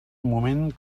moment